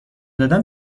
دادن